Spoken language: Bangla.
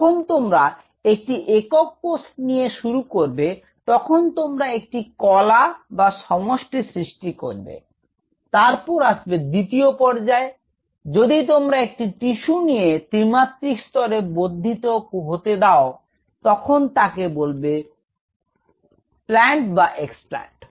যখন তোমরা একটি একক কোষ নিয়ে শুরু করবে তখন তোমরা একটি কলা বা সমষ্টি সৃষ্টি করবে তারপর আসবে দ্বিতীয় পর্যায় যদি তোমরা একটি টিস্যু নিয়ে ত্রিমাত্রিক স্তরে বর্ধিত হতে দাও তখন তাকে বলা হবে প্ল্যান্ট বা এক্সপ্ল্যানট